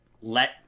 let